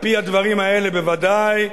על-פי הדברים האלה בוודאי,